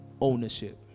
ownership